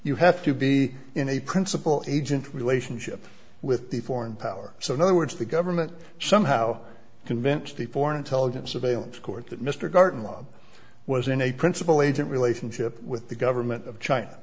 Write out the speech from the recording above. you have to be in a principal agent relationship with the foreign power so in other words the government somehow convinced the foreign intelligence surveillance court that mr garton law was in a principle agent relationship with the government of china